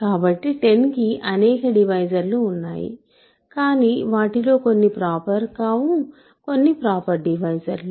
కాబట్టి 10 కి అనేక డివైజర్లు ఉన్నాయి కానీ వాటిలో కొన్ని ప్రాపర్ కావు కొన్ని ప్రాపర్ డివైజర్లు